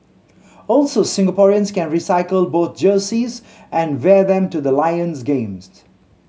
also Singaporeans can recycle both jerseys and wear them to the Lions games